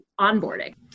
onboarding